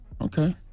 Okay